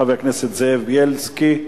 תודה לחבר הכנסת זאב בילסקי.